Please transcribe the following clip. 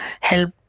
help